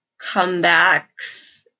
comebacks